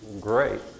great